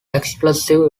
explosive